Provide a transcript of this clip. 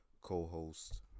co-host